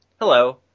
Hello